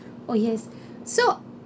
oh yes so